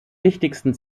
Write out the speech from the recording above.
wichtigsten